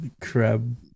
crab